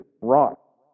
rock